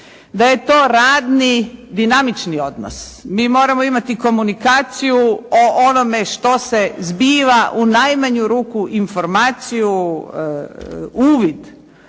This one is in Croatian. da je to radni dinamični odnos. Mi moramo imati komunikaciju o onome što se zbiva u najmanju ruku informaciju, uvid